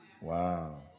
Wow